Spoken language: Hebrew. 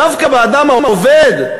דווקא באדם העובד,